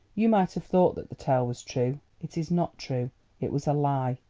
you might have thought that the tale was true. it is not true it was a lie.